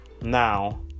Now